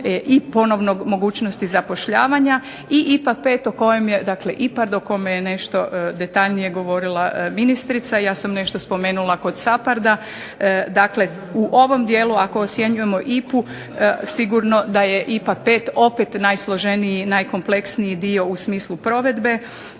i ponovne mogućnosti zapošljavanja. I IPA 5 dakle IPARD o kome je nešto detaljnije govorila ministrica. Ja sam nešto spomenula kod SHAPARD-a. dakle, u ovom dijelu ako ocjenjujemo IPA-u sigurno da je IPA 5 opet najsloženiji i najkompleksniji dio u smislu provedbe,